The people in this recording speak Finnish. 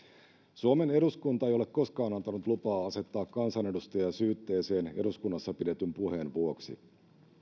suomen eduskunta ei ole koskaan antanut lupaa asettaa kansanedustaja syytteeseen eduskunnassa pidetyn puheen vuoksi